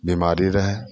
बिमारी रहै